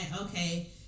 okay